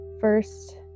first